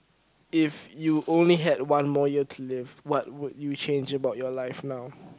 if you only had one more year to live what would you change about your life now